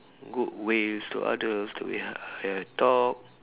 good ways to others to ha~ have talk